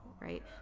right